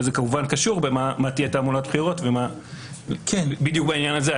וזה כמובן קשור למה תהיה תעמולת בחירות ובעניין הזה,